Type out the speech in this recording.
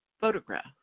photograph